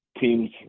teams